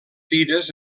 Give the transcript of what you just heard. tires